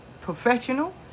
professional